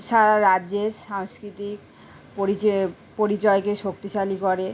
সারা রাজ্যে সাংস্কৃতিক পরিযে পরিচয়কে শক্তিশালী করে